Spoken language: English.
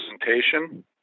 presentation